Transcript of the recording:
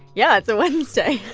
yeah. it's a wednesday